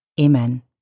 Amen